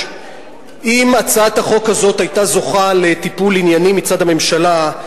אם הצעת החוק הזאת היתה זוכה לטיפול ענייני מצד הממשלה,